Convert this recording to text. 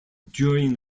during